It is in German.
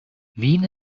wien